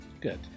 Good